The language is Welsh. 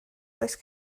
oes